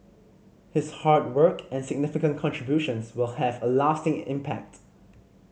his hard work and significant contributions will have a lasting impact